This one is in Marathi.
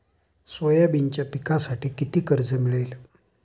सोयाबीनच्या पिकांसाठी किती कर्ज मिळेल?